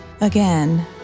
Again